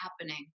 happening